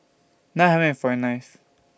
five hundred and forty ninth